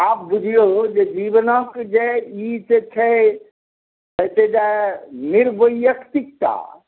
आब बुझियौ जे जीवनके जे गीत छै हेतै जे निर्व्यक्तिकता